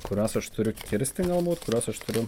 kuriuos aš turiu kirsti galbūt kuriuos aš turiu